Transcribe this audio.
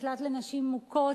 מקלט לנשים מוכות,